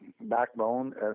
backbone